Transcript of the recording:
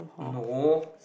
no